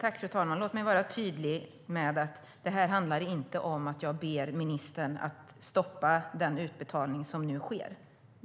Fru talman! Låt mig vara tydlig med att det inte handlar om att jag ber ministern stoppa den utbetalning som nu sker.